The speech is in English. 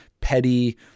petty